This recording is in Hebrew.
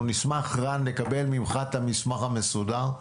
אנחנו נשמח לקבל ממך את המסמך המסודר,